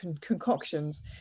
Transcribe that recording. concoctions